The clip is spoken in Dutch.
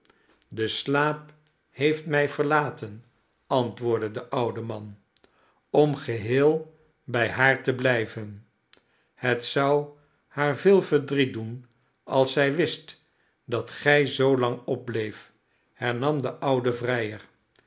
de slaap heeft mij verlaten antwoordde de oude man om geheel bij haar te blijven het zou haar veel verdriet doen als zij wist dat gij zoolang opbleeft hernam de oude vrijer